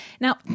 now